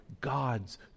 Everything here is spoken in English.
God's